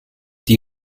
die